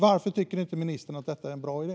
Varför tycker inte ministern att detta är en bra idé?